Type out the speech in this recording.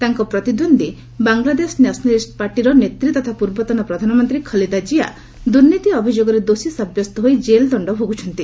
ତାଙ୍କର ପ୍ରତିଦ୍ୱନ୍ଦୀ Bangladesh nationalist party ବିଏମ୍ପିର ନେତ୍ରୀ ତଥା ପୂର୍ବତନ ପ୍ରଧାନମନ୍ତ୍ରୀ ଖଲିଦା ଜିଆ ଦୁର୍ନୀତି ଅଭିଯୋଗରେ ଦୋଷୀ ସାବ୍ୟସ୍ତ ହୋଇ ଜେଲ୍ଦଣ୍ଡ ଭୋଗୁଛନ୍ତି